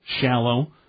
shallow